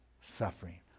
suffering